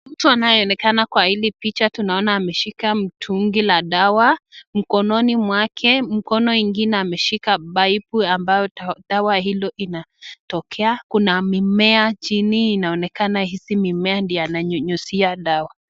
Mtu anayeonekana kwa hili picha tunaona ameshika mtungi la dawa mkononi mwake. Mkono ingine ameshika paipu ambayo dawa hili inatokea, kuna mimea chini inaonekana kuna mimea chini. Inaonekana hizi mimea ndio ananyunyizia dawa.